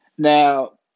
Now